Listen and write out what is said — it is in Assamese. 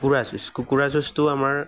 কুকুৰাৰ যুঁজ কুকুৰাৰ যুঁজটো আমাৰ